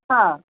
हां